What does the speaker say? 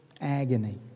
agony